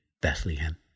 Bethlehem